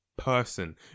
person